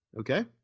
Okay